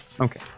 Okay